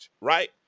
right